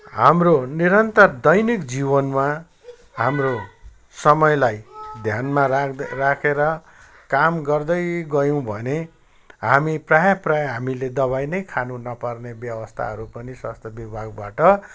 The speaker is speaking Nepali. हाम्रो निरन्तर दैनिक जीवनमा हाम्रो समयलाई ध्यानमा राख्दै राखेर काम गर्दै गयौँ भने हामी प्राय प्राय हामीले दवाई नै खान नपर्ने व्यवस्थाहरू पनि स्वास्थ्य विभागबाट